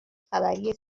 خبری